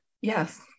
yes